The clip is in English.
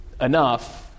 enough